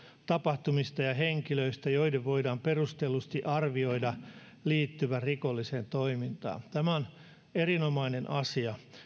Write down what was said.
tapahtumista ja henkilöistä joiden voidaan perustellusti arvioida liittyvän rikolliseen toimintaan tämä on erinomainen asia